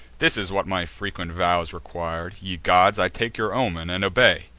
this is what my frequent vows requir'd. ye gods, i take your omen, and obey.